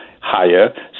higher